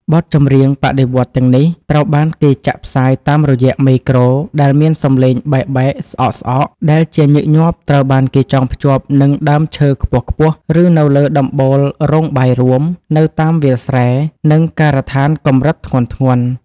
បទចម្រៀងបដិវត្តន៍ទាំងនេះ ត្រូវបានគេចាក់ផ្សាយតាមរយៈមេក្រូដែលមានសំឡេងបែកៗ ស្អកៗ ដែលជាញឹកញាប់ត្រូវបានគេចងភ្ជាប់នឹងដើមឈើខ្ពស់ៗ ឬនៅលើដំបូលរោងបាយរួម នៅតាមវាលស្រែ និងការដ្ឋានកម្រិតធ្ងន់ៗ។